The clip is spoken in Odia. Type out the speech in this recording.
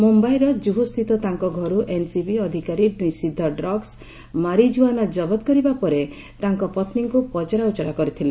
ମୁମ୍ୟାଇର ଜୁହୁ ସ୍ଥିତ ତାଙ୍କ ଘରୁ ଏନ୍ସିବି ଅଧିକାରୀ ନିଷିଦ୍ଧ ଡ୍ରଗ୍ମ ମାରିଜୁଆନା ଜବତ କରିବା ପରେ ତାଙ୍କ ପତ୍ନୀଙ୍କୁ ପଚରାଉଚରା କରିଥିଲେ